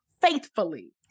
faithfully